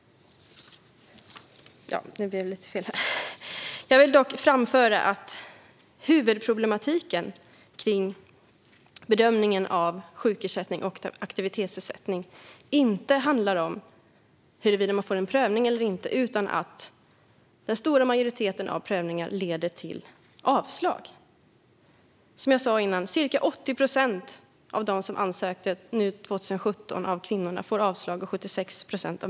Låt mig dock framhålla att huvudproblematiken vad gäller bedömning av sjukersättning och aktivitetsersättning inte handlar om huruvida man får en prövning eller inte utan om att majoriteten av prövningarna leder till avslag. Som sagt fick ca 80 procent av kvinnorna och 76 procent av männen avslag 2017.